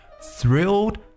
Thrilled